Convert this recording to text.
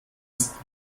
ist